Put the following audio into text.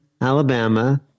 Alabama